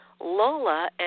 lola